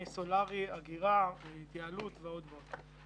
מסולארי, דרך אגירה, התייעלות ועוד ועוד.